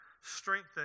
strengthen